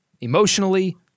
emotionally